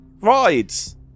Rides